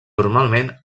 normalment